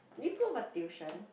did you go for tuition